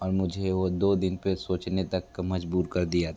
और मुझे वो दो दिन पर सोचने तक मजबूर कर दिया था